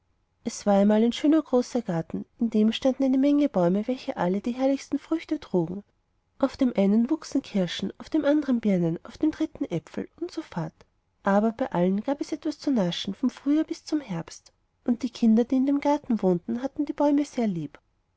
es war einmal ein schöner großer garten in dem standen eine menge bäume welche alle die herrlichsten früchte trugen auf dem einen wuchsen kirschen auf dem andern birnen auf dem dritten äpfel und so fort aber bei allen gab es etwas zu naschen vom frühjahr bis zum herbst und die kinder die in dem garten wohnten hatten die bäume sehr lieb